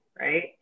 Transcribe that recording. right